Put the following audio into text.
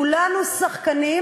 כולנו שחקנים,